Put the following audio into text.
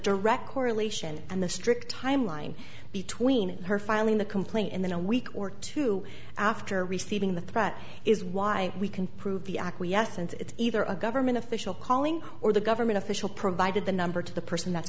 direct correlation and the strict time line between her filing the complaint and then a week or two after receiving the threat is why we can prove the acquiescence it's either a government official calling or the government official provided the number to the person that